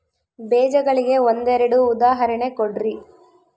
ಬೇಜಗಳಿಗೆ ಒಂದೆರಡು ಉದಾಹರಣೆ ಕೊಡ್ರಿ?